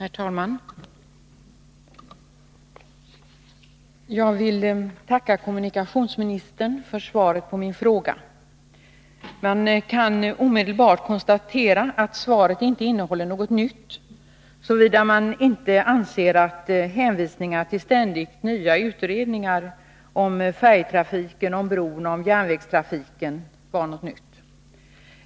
Herr talman! Jag vill tacka kommunikationsministern för svaret på min fråga. Man kan omedelbart konstatera att svaret inte innehåller något nytt, såvida man inte anser att hänvisningar till ständigt nya utredningar om färjetrafiken, bron och järnvägstrafiken är något nytt.